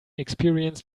experience